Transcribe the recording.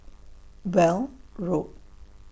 Weld Road